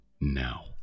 now